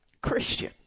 Christian